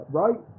right